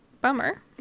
Bummer